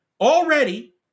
already